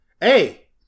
Hey